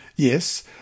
Yes